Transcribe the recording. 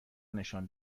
نشان